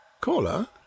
Caller